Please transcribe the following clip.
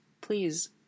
please